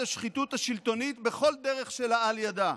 השחיתות השלטונית בכל דרך שלאל ידה?